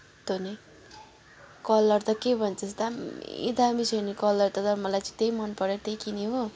तँ नै कलर त के भन्छस् दामी दामी छ नि कलर तर मलाई त्यही मनपर्यो त्यही किने हो